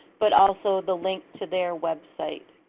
but also the link to their website.